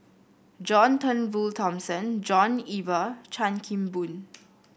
John Turnbull Thomson John Eber Chan Kim Boon